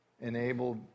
enabled